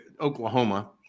Oklahoma